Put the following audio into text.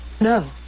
no